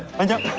i guess